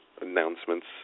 announcements